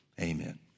amen